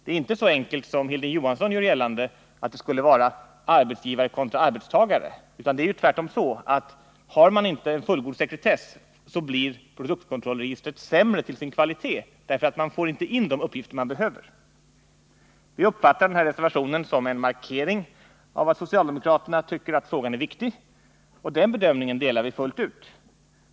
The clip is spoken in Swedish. Det är inte så enkelt som Hilding Johansson gör gällande, att det skulle vara arbetsgivare kontra arbetstagare. Det är ju tvärtom så, att om man inte har en fullgod sekretess blir produktkontrollregistret sämre till sin. kvalitet, eftersom man inte får in de uppgifter man behöver. Vi uppfattar den här reservationen som en markering av att socialdemokraterna tycker att frågan är viktig, och den bedömningen delar vi fullt ut.